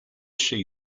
she